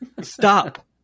Stop